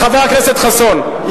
חבר הכנסת חסון.